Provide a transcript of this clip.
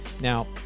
now